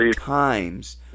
times